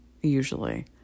usually